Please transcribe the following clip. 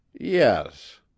Yes